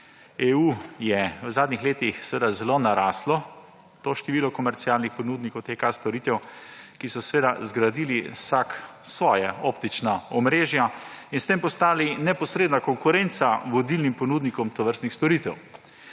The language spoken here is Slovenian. EU, je v zadnjih letih zelo naraslo to število komercialnih ponudnikov IKT storitev, ki so zgradili vsak svoje optično omrežje in s tem postali neposredna konkurenca vodilnim ponudnikom tovrstnih storitev.